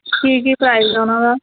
ਕੀ ਕੀ ਪ੍ਰਾਈਜਡ ਉਹਨਾਂ ਦਾ